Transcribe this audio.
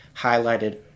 highlighted